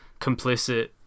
complicit